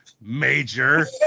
Major